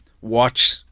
watch